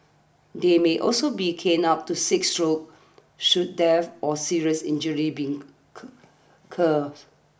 they may also be caned up to six stroke should death or serious injury being